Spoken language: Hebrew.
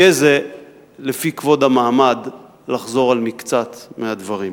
יהיה זה לפי כבוד המעמד לחזור על מקצת הדברים.